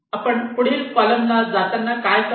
आपण पुढील कॉलम ला जाताना काय करता